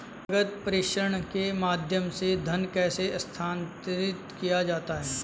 नकद प्रेषण के माध्यम से धन कैसे स्थानांतरित किया जाता है?